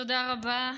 תודה רבה.